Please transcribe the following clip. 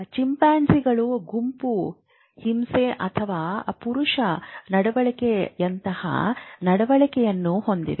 ಚಿಂಪಾಂಜಿಗಳು ಗುಂಪು ಹಿಂಸೆ ಅಥವಾ ಪುರುಷ ನಡವಳಿಕೆಯಂತಹ ನಡವಳಿಕೆಯನ್ನು ಹೊಂದಿವೆ